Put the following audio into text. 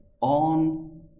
on